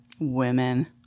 Women